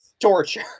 torture